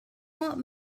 want